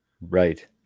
Right